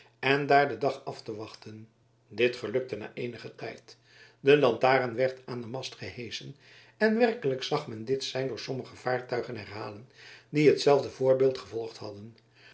en daar den dag af te wachten dit gelukte na eenigen tijd de lantaren werd aan den mast geheschen en werkelijk zag men dit sein door sommige vaartuigen herhalen die hetzelfde voorbeeld gevolgd hadden